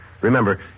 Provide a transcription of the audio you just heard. Remember